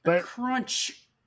Crunch